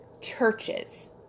churches